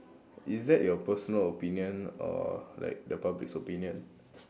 is that your personal opinion or like the public's opinion